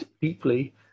deeply